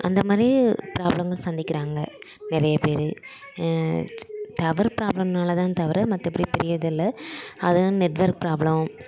அந்த மாதிரி ப்ராப்ளங்கள் சந்திக்கிறாங்க நிறைய பேர் டவர் ப்ராப்பளம்னால்தான் தவிர மற்றபடி பெரிய இதுயில்ல அதுவும் நெட்வொர்க் ப்ராப்ளம்